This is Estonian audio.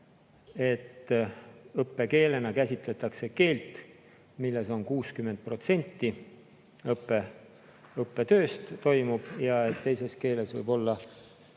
et õppekeelena käsitletakse keelt, milles toimub 60% õppetööst, ja teises keeles võib olla